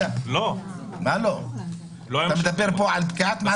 אתה מדבר על פקיעת מעצר.